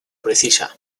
precisa